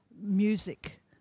Music